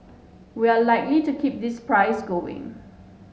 we are likely to keep this price going